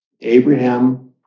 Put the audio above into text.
Abraham